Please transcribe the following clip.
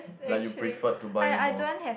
like you prefer to buy more